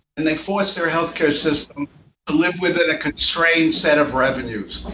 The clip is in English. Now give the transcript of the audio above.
and they force their health care system to live within a constrained set of revenues.